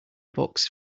box